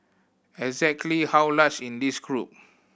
exactly how large in this group